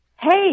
Hey